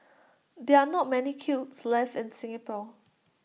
there are not many kilns left in Singapore